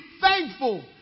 thankful